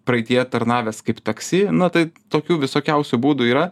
praeityje tarnavęs kaip taksi na tai tokių visokiausių būdų yra